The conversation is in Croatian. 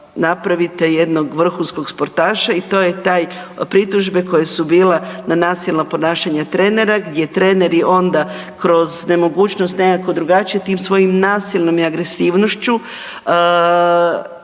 napravite jednog vrhunskog sportaša i to je taj pritužbe koje su bile na nasilno ponašanje trenera gdje treneri onda kroz nemogućnosti nekako drugačije tim svojim nasilnim i agresivnošću